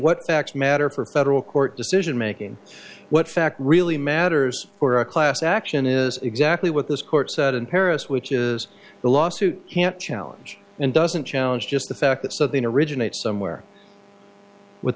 what facts matter for federal court decision making what fact really matters for a class action is exactly what this court said in paris which is the lawsuit can't challenge and doesn't challenge just the fact that something originates somewhere with